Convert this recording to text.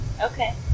Okay